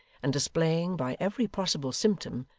and displaying, by every possible symptom,